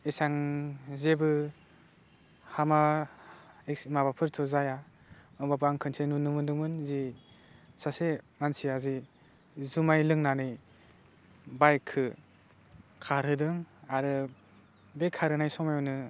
एसेबां जेबो हामा माबाफोरथ' जाया होनबाबो आं खनसे नुनो मोदोंमोन जे सासे मानसिया जे जुमाइ लोंनानै बाइकखौ खारहोदों आरो बे खारहोनाय समायावनो